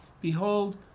Behold